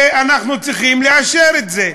ואנחנו צריכים לאשר את זה.